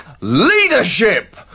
leadership